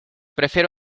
prefiero